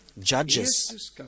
Judges